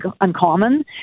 uncommon